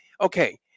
Okay